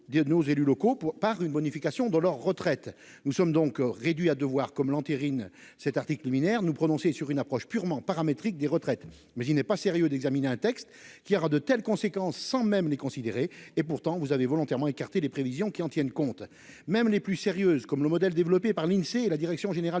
par une modification de leur retraite. Nous sommes donc réduits à devoir comme l'entérinent cet article liminaire nous prononcer sur une approche purement paramétrique des retraites mais il n'est pas sérieux d'examiner un texte qui aura de telles conséquences sans même les considérer et pourtant vous avez volontairement écarté les prévisions qu'il en tienne compte. Même les plus sérieuses comme le modèle développé par l'Insee et la direction générale